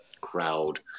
crowd